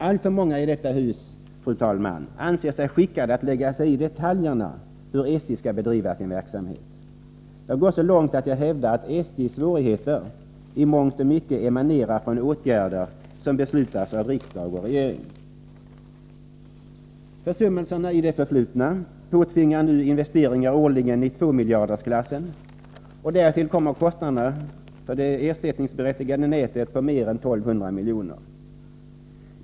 Alltför många i detta hus, fru talman, anser sig skickade att lägga sig i detaljerna när det gäller hur SJ skall bedriva sin verksamhet — jag går så långt att jag hävdar att SJ:s svårigheter i mångt och mycket emanerar från åtgärder som beslutats av riksdag och regering. Försummelserna i det förflutna påtvingar oss nu årliga investeringar i tvåmiljardersklassen, och därtill kommer kostnaderna för det ersättningsberättigade nätet på mer än 1 200 miljoner.